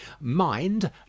Mind